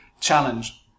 challenge